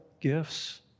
gifts